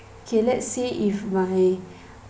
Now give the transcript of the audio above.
okay let's say if my